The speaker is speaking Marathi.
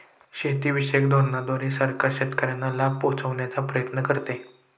शेतीविषयक धोरणांद्वारे सरकार शेतकऱ्यांना लाभ पोहचवण्याचा प्रयत्न करते